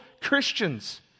Christians